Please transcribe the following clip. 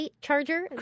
charger